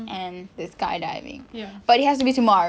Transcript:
and the skydiving but it has to be tomorrow